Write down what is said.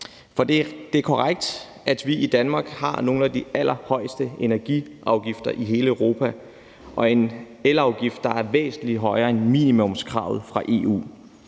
For det er korrekt, at vi i Danmark har nogle af de allerhøjeste energiafgifter i hele Europa og en elafgift, der er væsentlig højere end minimumskravet fra EU.